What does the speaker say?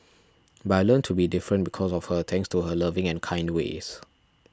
but I learnt to be different because of her thanks to her loving and kind ways